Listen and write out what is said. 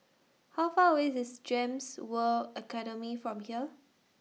How Far away IS Gems World Academy from here